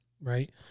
Right